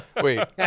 Wait